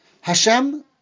Hashem